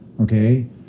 Okay